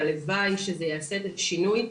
והלוואי שזה יעשה כאן שינוי.